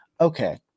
Okay